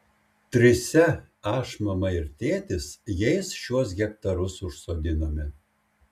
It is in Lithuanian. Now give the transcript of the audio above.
trise aš mama ir tėtis jais šiuos hektarus užsodinome